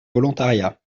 volontariat